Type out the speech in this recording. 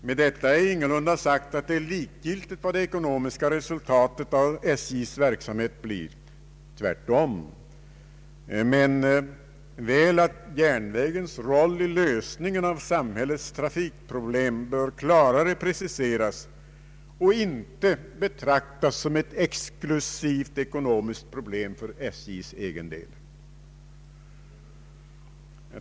Med detta är ingalunda sagt att det är likgiltigt vad det ekonomiska resultatet av SJ:s verksamhet blir, tvärtom, men väl att järnvägens roll i lösningen av samhällets trafikproblem bör klarare preciseras och inte betraktas som ett exklusivt ekonomiskt problem för SJ:s egen del.